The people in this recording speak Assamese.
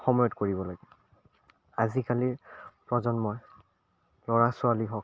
সময়ত কৰিব লাগে আজিকালিৰ প্ৰজন্মই ল'ৰা ছোৱালী হওক